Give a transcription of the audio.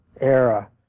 era